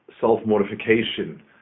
self-mortification